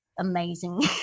Amazing